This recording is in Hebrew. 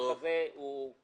הצעת החוק הזאת היא חצי עבודה.